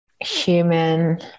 human